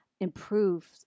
improve